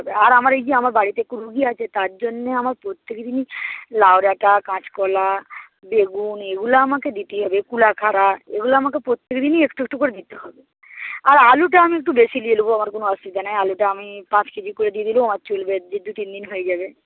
আর আমার এই যে আমার বাড়িতে একটু রোগী আছে তার জন্যে আমার প্রত্যেকদিনই লাউডাঁটা কাঁচকলা বেগুন এইগুলো আমাকে দিতেই হবে কুলেখাড়া এগুলো আমাকে প্রত্যেকদিনই একটু একটু করে দিতে হবে আর আলুটা আমি একটু বেশি নিয়ে নেব আমার কোনো অসুবিধা নেই আলুটা আমি পাঁচ কেজি করে দিয়ে দিলেও আমার চলবে দু তিন দিন হয়ে যাবে